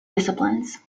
disciplines